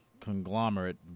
conglomerate